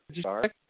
Sorry